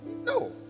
No